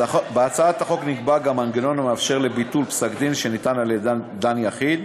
בהצעת החוק נקבע גם מנגנון המאפשר ביטול פסק-דין שניתן על-ידי דן יחיד,